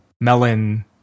melon